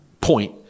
point